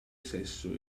sesso